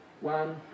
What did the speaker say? one